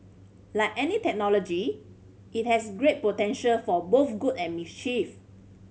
like any technology it has great potential for both good and mischief